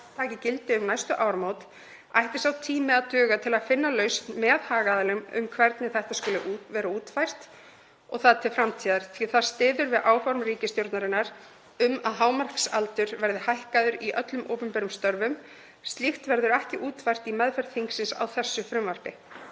taki gildi um næstu áramót ætti sá tími að duga til að finna lausn með hagaðilum um hvernig þetta skuli vera útfært og það til framtíðar. Það styður við áform ríkisstjórnarinnar um að hámarksaldur verði hækkaður í öllum opinberum störfum. Slíkt verður ekki útfært í meðferð þingsins á þessu frumvarpi.